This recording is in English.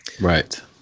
right